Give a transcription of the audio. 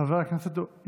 חבר הכנסת אוריאל בוסו,